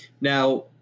Now